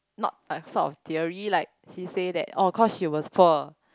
not a sort of theory like she say that orh cause she was poor